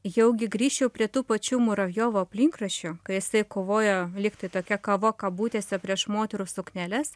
jaugi grįžčiau prie tų pačių muravjovo aplinkraščių kai jisai kovojo likti tokia kava kabutėse prieš moterų sukneles